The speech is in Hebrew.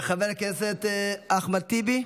חבר הכנסת אחמד טיבי,